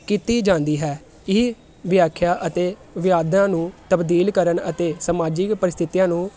ਕੀਤੀ ਜਾਂਦੀ ਹੈ ਇਹ ਵਿਆਖਿਆ ਅਤੇ ਵਿਆਦਾਂ ਨੂੰ ਤਬਦੀਲ ਕਰਨ ਅਤੇ ਸਮਾਜਿਕ ਪਰਿਸਥਿਤੀਆਂ ਨੂੰ